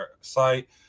site